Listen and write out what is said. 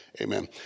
amen